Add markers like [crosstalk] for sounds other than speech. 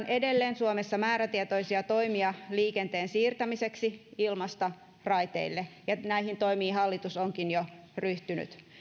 [unintelligible] edelleen suomessa määrätietoisia toimia liikenteen siirtämiseksi ilmasta raiteille ja näihin toimiin hallitus onkin jo ryhtynyt